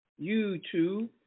youtube